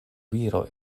viro